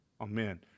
Amen